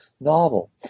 novel